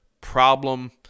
problem